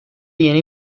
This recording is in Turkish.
yeni